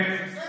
בסדר,